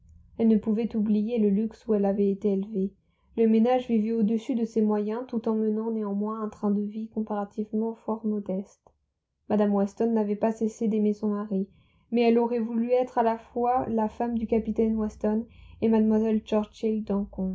elle ne pouvait oublier le luxe où elle avait été élevée le ménage vivait au-dessus de ses moyens tout en menant néanmoins un train de vie comparativement fort modeste mme weston n'avait pas cessé d'aimer son mari mais elle aurait voulu être à la fois la femme du capitaine weston et